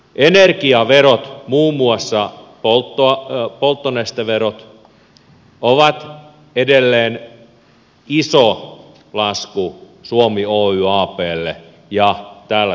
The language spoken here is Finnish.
energiaverot muun muassa polttonesteverot ovat edelleen iso lasku suomi oy ablle ja täällä toimiville yrityksille